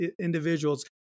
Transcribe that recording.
individuals